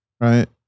Right